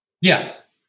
Yes